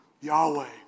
Yahweh